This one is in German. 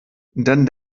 dann